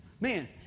Man